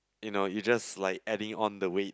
you know you just like adding on the weight